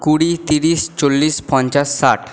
কুড়ি তিরিশ চল্লিশ পঞ্চাশ ষাট